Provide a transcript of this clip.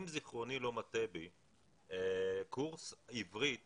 אם זיכרוני לא מטעה אותי, קורס עברית